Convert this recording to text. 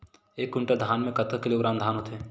एक कुंटल धान में कतका किलोग्राम धान होथे?